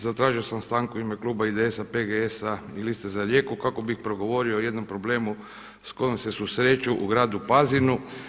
Zatražio sam stanku u ime kluba IDS-a, PGS-a i Liste za Rijeku kako bih progovorio o jednom problemu sa kojim se susreću u gradu Pazinu.